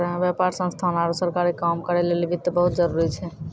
व्यापार संस्थान आरु सरकारी काम करै लेली वित्त बहुत जरुरी छै